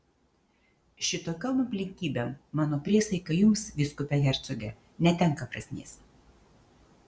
šitokiom aplinkybėm mano priesaika jums vyskupe hercoge netenka prasmės